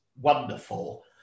wonderful